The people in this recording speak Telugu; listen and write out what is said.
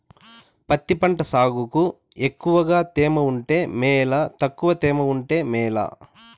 పత్తి పంట సాగుకు ఎక్కువగా తేమ ఉంటే మేలా తక్కువ తేమ ఉంటే మేలా?